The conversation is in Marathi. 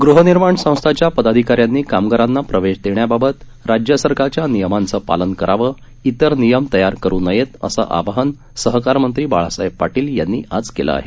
गृहनिर्माण संस्थांच्या पदाधिकाऱ्यानी कामगारांना प्रवेश देण्याबाबत राज्य सरकारच्या नियमांचं पालन करावं इतर नियम तयार करु नयेत असं आवाहन सहकार मंत्री बाळासाहेब पाटील यांनी आज केलं आहे